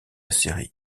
série